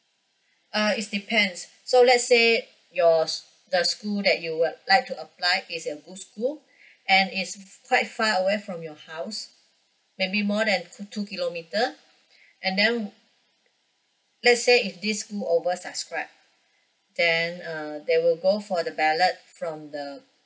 uh is depends so let's say your the school that you would like to apply is a good school and is quite far away from your house maybe more than two kilometer and then let's say if this school over subscribe then uh they will go for the ballot from the